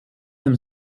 them